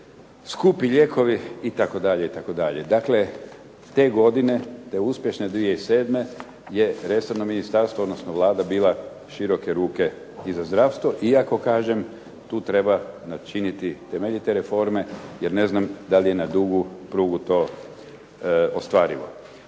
skupi lijekovi itd. itd. Dakle te godine, te uspješne 2007. je resorno ministarstvo , odnosno Vlada bila široke ruke i za zdravstvo, iako kažem tu treba načiniti temeljite reforme jer ne znam da li je na dugu prugu to ostvarivo.